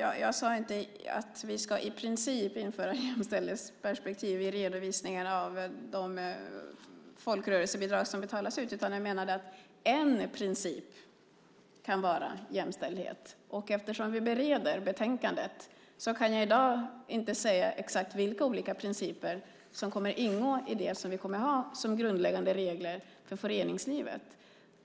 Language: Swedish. Jag sade inte att vi i princip ska införa jämställdhetsperspektiv i redovisningen av de folkrörelsebidrag som betalas ut. Jag menade att en princip kan vara jämställdhet. Eftersom vi bereder betänkandet kan jag i dag inte säga exakt vilka olika principer som kommer att ingå i det som vi kommer att ha som grundläggande regler för föreningslivet.